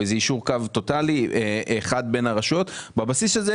או איזה יישור קו טוטאלי אחד בין הרשויות בבסיס של החוק,